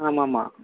ஆமாம்மா